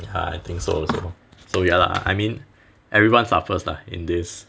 ya I think so also so ya lah I mean everyone suffers lah in this